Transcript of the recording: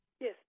Yes